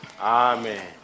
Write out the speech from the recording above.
Amen